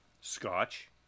Scotch